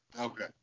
Okay